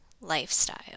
lifestyle